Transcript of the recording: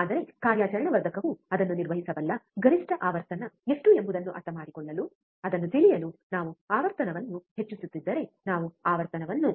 ಆದರೆ ಕಾರ್ಯಾಚರಣಾ ವರ್ಧಕವು ಅದನ್ನು ನಿರ್ವಹಿಸಬಲ್ಲ ಗರಿಷ್ಠ ಆವರ್ತನ ಎಷ್ಟು ಎಂಬುದನ್ನು ಅರ್ಥಮಾಡಿಕೊಳ್ಳಲು ಅದನ್ನು ತಿಳಿಯಲು ನಾವು ಆವರ್ತನವನ್ನು ಹೆಚ್ಚಿಸುತ್ತಿದ್ದರೆ ನಾವು ಆವರ್ತನವನ್ನು